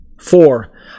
four